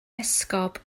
esgob